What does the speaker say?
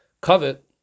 Covet